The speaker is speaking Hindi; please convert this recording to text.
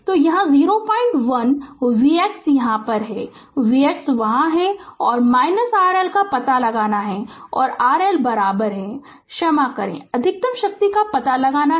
तो यहाँ 01 Vx यहाँ है Vx वहाँ है और RL का पता लगाना है और RL बराबर है क्षमा करें अधिकतम शक्ति का पता लगाना है